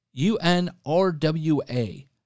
UNRWA